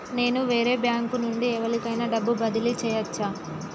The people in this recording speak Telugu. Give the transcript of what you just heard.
నేను వేరే బ్యాంకు నుండి ఎవలికైనా డబ్బు బదిలీ చేయచ్చా?